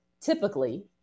typically